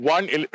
One